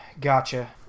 gotcha